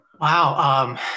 Wow